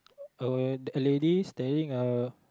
uh a lady staring a